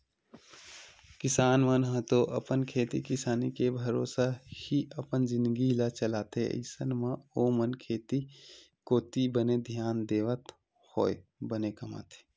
किसान मन ह तो अपन खेती किसानी के भरोसा ही अपन जिनगी ल चलाथे अइसन म ओमन खेती कोती बने धियान देवत होय बने कमाथे